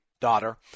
daughter